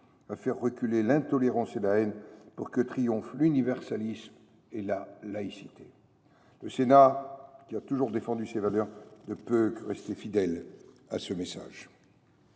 « faire reculer l’intolérance et la haine pour que triomphent l’universalisme et la laïcité ». Le Sénat, qui a toujours défendu ces valeurs, ne peut que rester fidèle à ce message.